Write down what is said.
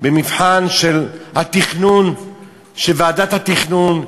במבחן של ועדת התכנון,